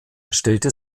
stellte